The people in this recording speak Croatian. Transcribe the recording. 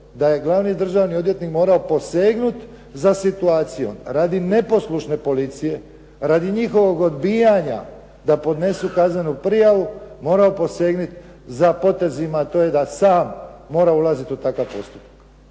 da je glavni državni odvjetnik morao posegnuti za situacijom radi neposlušne policije, radi njihovog odbijanja da podnesu kaznenu prijavu morao posegnuti za potezima, a to je da sam mora ulaziti u takav postupak.